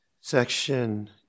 section